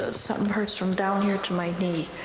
ah something hurts from down here to my knee,